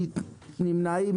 מי נמנע?